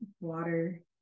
water